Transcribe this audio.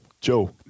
Joe